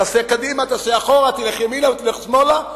תעשה קדימה ואחורה ותלך ימינה או שמאלה.